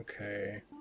okay